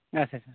ᱟᱪᱪᱦᱟ ᱪᱷᱟ